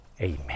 Amen